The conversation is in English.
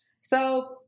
So-